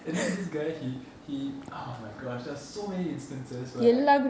and then this guy he he oh my gosh there was so many instances where like